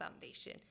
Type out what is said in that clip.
Foundation